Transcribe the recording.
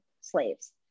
slaves